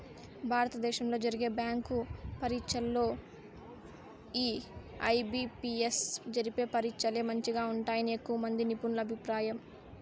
భారత దేశంలో జరిగే బ్యాంకి పరీచ్చల్లో ఈ ఐ.బి.పి.ఎస్ జరిపే పరీచ్చలే మంచిగా ఉంటాయని ఎక్కువమంది నిపునుల అభిప్రాయం